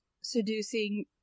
seducing